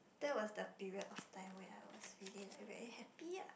that was the period of time when I was feeling like very happy ah